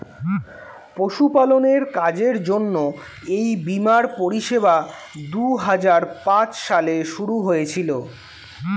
পশুপালনের কাজের জন্য এই বীমার পরিষেবা দুহাজার পাঁচ সালে শুরু হয়েছিল